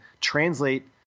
translate